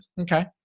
Okay